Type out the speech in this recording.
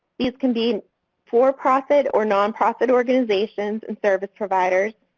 these can be for-profit or nonprofit organizations and service providers.